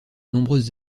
nombreuses